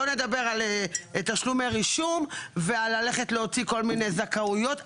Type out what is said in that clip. שלא לדבר על תשלומי רישום ועל ללכת ולהוציא כל מיני זכאויות.